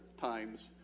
times